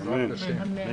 דוד בן מרגלית.